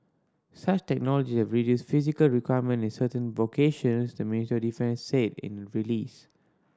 such technology have reduced physical requirement in certain vocations the Ministry Defence said in a release